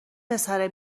پسره